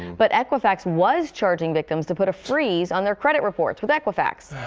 but equifax was charging victims to put a freeze on their credit reports with equifax.